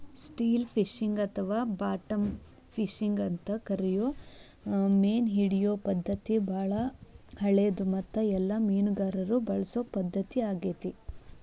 still fishing ಅಥವಾ bottom fishing ಅಂತ ಕರಿಯೋ ಮೇನಹಿಡಿಯೋ ಪದ್ಧತಿ ಬಾಳ ಹಳೆದು ಮತ್ತು ಎಲ್ಲ ಮೇನುಗಾರರು ಬಳಸೊ ಪದ್ಧತಿ ಆಗೇತಿ